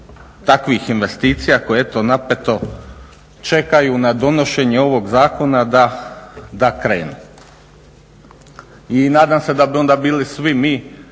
takvih investicija koje eto napeto čekaju na donošenje ovog zakona da krenu. I nadam se da bi onda bili svi mi